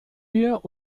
wir